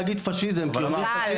כי --- אבל אמרת.